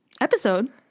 episode